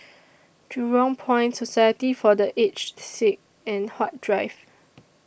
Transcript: Jurong Point Society For The Aged Sick and Huat Drive